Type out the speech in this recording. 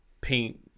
paint